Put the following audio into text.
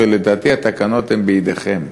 ולדעתי התקנות הן בידיכם.